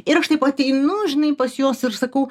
ir aš taip pat einu žinai pas juos ir sakau